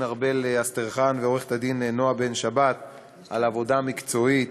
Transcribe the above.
ארבל אסטרחן ועורכת-הדין נועה בן-שבת על עבודה מקצועית,